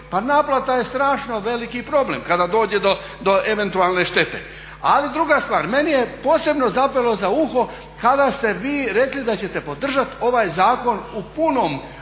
Pa naplata je strašno veliki problem kada dođe do eventualne štete. Ali druga stvar, meni je posebno zapelo za uho kada ste vi rekli da ćete podržati ovaj zakon u punom smislu,